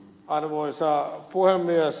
arvoisa puhemies